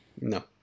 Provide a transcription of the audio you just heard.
No